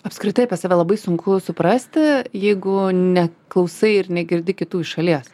apskritai apie save labai sunku suprasti jeigu neklausai ir negirdi kitų iš šalies